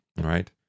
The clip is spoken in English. right